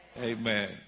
Amen